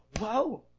Wow